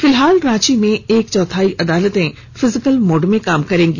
फिलहाल रांची में एक चौथाई अदालतें फिजिकल मोड में काम करेंगी